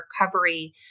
recovery